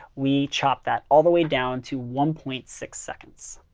we chopped that all the way down to one point six seconds.